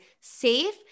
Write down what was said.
safe